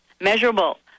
Measurable